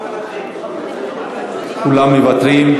כולם מוותרים.